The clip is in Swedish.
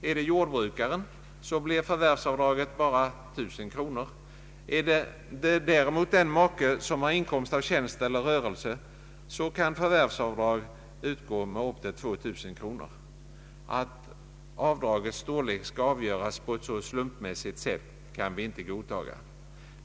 Är det jordbrukaren, blir förvärvsavdraget bara 1000 kronor, men är det den make som har inkomst av tjänst eller rörelse kan förvärvsavdrag utgå med upp till 2000 kronor. Att avdragets storlek skall avgöras på ett så slumpmässigt sätt kan vi inte godta.